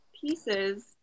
pieces